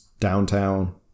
downtown